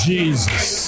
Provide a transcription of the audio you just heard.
Jesus